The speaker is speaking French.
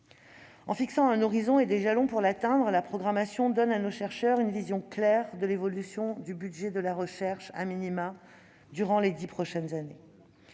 En fixant un horizon et des jalons pour l'atteindre, la programmation donne à nos chercheurs une vision claire de l'évolution du budget de la recherche, pour les dix prochaines années.